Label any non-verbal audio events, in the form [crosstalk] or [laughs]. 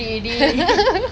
dey dey [laughs]